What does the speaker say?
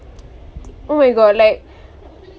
oh my god like